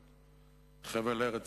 חבל-ארץ,